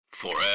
Forever